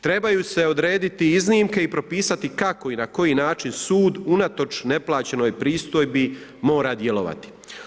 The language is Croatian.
Trebaju se odrediti iznimke i propisati kako i na koji način sud unatoč neplaćenoj pristojbi mora djelovati.